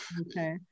okay